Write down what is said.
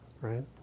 right